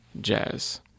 jazz